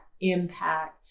impact